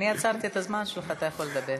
אני עצרתי את הזמן שלך, אתה יכול לדבר.